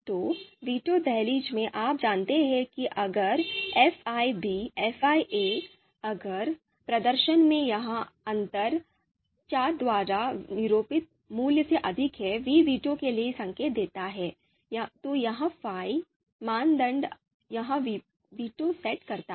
तो वीटो दहलीज में आप जानते हैं कि अगर fi fiअगर प्रदर्शन में यह अंतर vi द्वारा निरूपित मूल्य से अधिक है वी वीटो के लिए संकेत देता है तो यह फाई मानदंड यह अपना वीटो सेट करता है